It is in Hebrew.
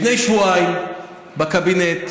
לפני שבועיים בקבינט,